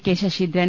K Saseendran